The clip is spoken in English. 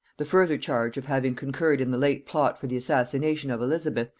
the further charge of having concurred in the late plot for the assassination of elizabeth,